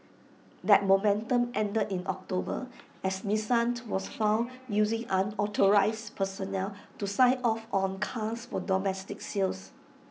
that momentum ended in October as Nissan to was found using unauthorised personnel to sign off on cars for domestic sales